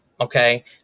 okay